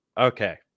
Okay